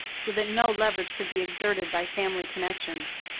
so that no leverage could be exerted by family connections.